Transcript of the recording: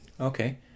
Okay